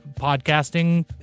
podcasting